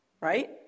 right